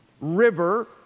river